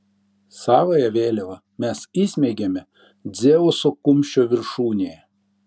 savąją vėliavą mes įsmeigėme dzeuso kumščio viršūnėje